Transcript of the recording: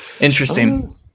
Interesting